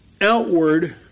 outward